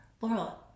Laurel